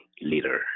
leader